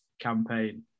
campaign